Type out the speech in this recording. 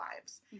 lives